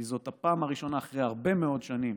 כי זאת הפעם הראשונה אחרי הרבה מאוד שנים,